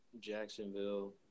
Jacksonville